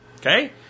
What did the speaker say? Okay